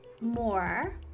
more